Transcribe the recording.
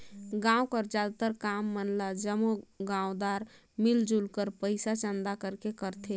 गाँव कर जादातर काम मन ल जम्मो गाँवदार मिलजुल कर पइसा चंदा करके करथे